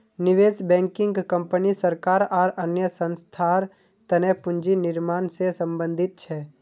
निवेश banking company सरकार आर अन्य संस्थार तने पूंजी निर्माण से संबंधित छे